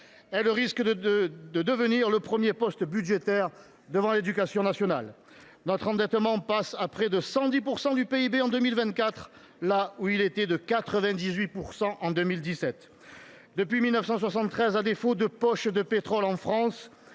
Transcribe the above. Elle risque de devenir le premier poste budgétaire, devant l’éducation nationale. Notre endettement représentera près de 110 % du PIB en 2024, alors qu’il était de 98 % en 2017. Depuis 1973, à défaut de poches de pétrole en France,